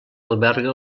alberga